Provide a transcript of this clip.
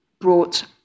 brought